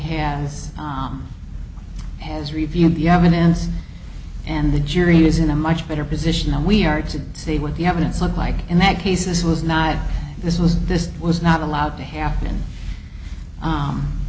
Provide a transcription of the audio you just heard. reviewed the evidence and the jury is in a much better position than we are to see what the evidence is like in that case this was not this was this was not allowed to happen